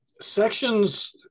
Sections